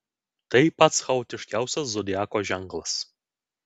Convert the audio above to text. tai pats chaotiškiausias zodiako ženklas